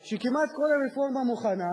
שכמעט כל הרפורמה מוכנה,